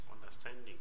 understanding